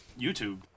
YouTube